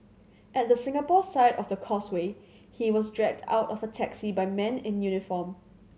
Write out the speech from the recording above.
at the Singapore side of the Causeway he was dragged out of a taxi by men in uniform